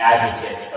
advocate